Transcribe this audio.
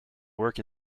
work